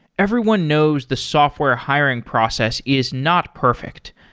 everyone knows the software hiring process is not perfect.